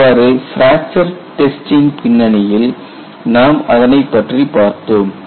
இவ்வாறு fracture testing பின்னணியில் நாம் அதனைப் பற்றி பார்த்தோம்